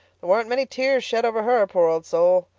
there weren't many tears shed over her, poor old soul.